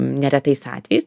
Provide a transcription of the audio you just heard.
neretais atvejais